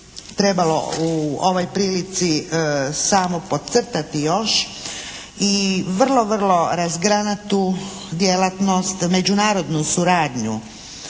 trebalo u ovoj prilici samo podcrtati još i vrlo, vrlo razgranatu djelatnost, međunarodnu suradnju